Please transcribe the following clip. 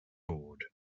board